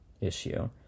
issue